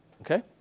Okay